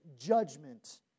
judgment